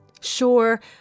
Sure